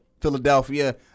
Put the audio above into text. Philadelphia